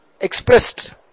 expressed